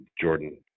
Jordan